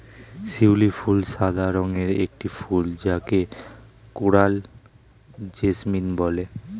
শিউলি ফুল সাদা রঙের একটি ফুল যাকে কোরাল জেসমিন বলে